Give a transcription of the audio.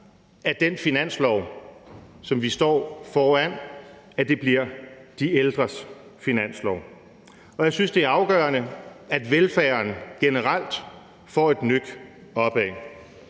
at den finanslov, som vi står foran, bliver de ældres finanslov, og jeg synes, det er afgørende, at velfærden generelt får et nøk opad.